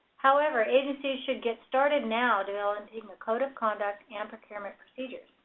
however, agencies should get started now developing a code of conduct and procurement procedures.